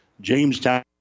Jamestown